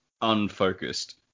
unfocused